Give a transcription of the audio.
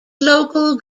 local